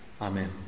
Amen